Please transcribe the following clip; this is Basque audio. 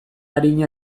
arina